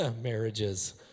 Marriages